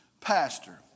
pastor